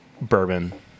bourbon